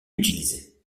utilisé